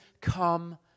come